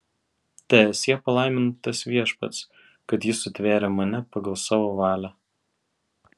teesie palaimintas viešpats kad jis sutvėrė mane pagal savo valią